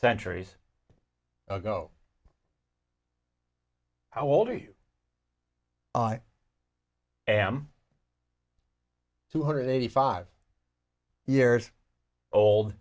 centuries ago how old are you i am two hundred eighty five years old